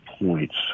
points